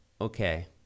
okay